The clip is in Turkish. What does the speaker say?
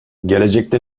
gelecekte